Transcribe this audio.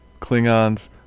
Klingons